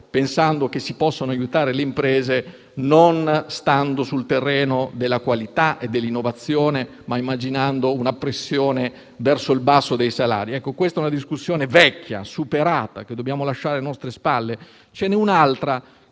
pensando che si possono aiutare le imprese non stando sul terreno della qualità e dell'innovazione, ma immaginando una pressione verso il basso dei salari. Ecco, questa è una discussione vecchia, superata, che dobbiamo lasciare alle nostre spalle. Ce n'è un'altra,